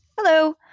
hello